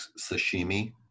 Sashimi